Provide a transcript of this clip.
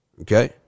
Okay